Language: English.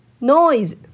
Noise